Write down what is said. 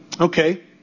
okay